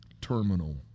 terminal